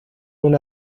una